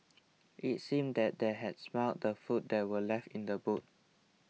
it seemed that they had smelt the food that were left in the boot